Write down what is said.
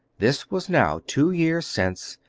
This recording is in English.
this was now two years since,